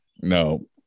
No